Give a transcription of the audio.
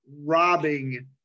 robbing